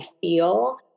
feel